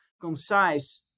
concise